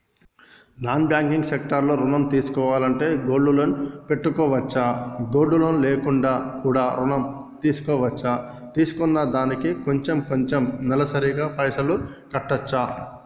Non banking sector లో ఋణం తీసుకోవాలంటే గోల్డ్ లోన్ పెట్టుకోవచ్చా? గోల్డ్ లోన్ లేకుండా కూడా ఋణం తీసుకోవచ్చా? తీసుకున్న దానికి కొంచెం కొంచెం నెలసరి గా పైసలు కట్టొచ్చా?